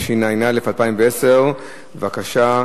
התש"ע 2010. בבקשה,